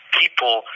people